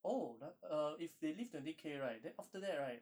oh th~ uh if they leave twenty K right then after that right